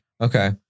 Okay